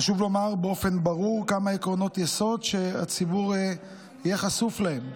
חשוב לומר באופן ברור כמה עקרונות יסוד כדי שהציבור יהיה חשוף להם: